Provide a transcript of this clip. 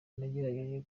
nagerageje